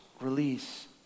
release